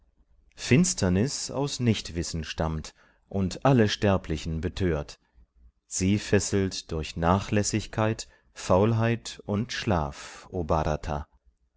finsternis aus nichtwissen stammt und alle sterblichen betört sie fesselt durch nachlässigkeit faulheit und schlaf